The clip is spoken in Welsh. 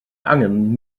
angen